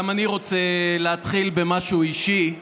גם אני רוצה להתחיל במשהו אישי.